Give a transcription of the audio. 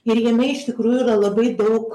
ir jame iš tikrųjų yra labai daug